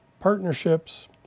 partnerships